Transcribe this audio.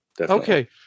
Okay